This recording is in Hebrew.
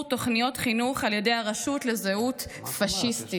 תוכניות חינוך על ידי הרשות לזהות פשיסטית.